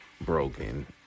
broken